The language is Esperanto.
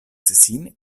sin